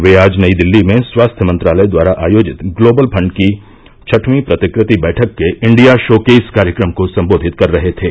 वे आज नई दिल्ली में स्वास्थ्य मंत्रालय द्वारा आयोजित ग्लोबल फंड की छठवीं प्रतिकृति बैठक के इंडिया शोकेस कार्यक्रम को संबोधित कर रहे थे